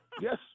Yes